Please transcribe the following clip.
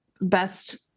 best